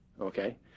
okay